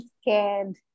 scared